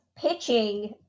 pitching